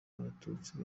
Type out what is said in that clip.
abatutsi